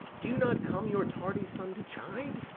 do you not come your tardy son to chide,